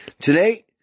Today